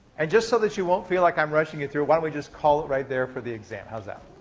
and just so that you won't feel like i'm rushing you through it, why don't we just call it right there for the exam? how's that?